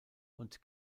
und